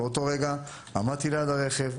באותו רגע עמדתי ליד הרכב,